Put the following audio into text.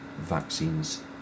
vaccines